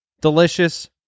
delicious